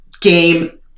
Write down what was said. game